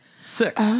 Six